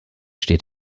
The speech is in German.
steht